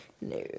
No